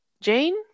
Jane